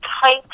tight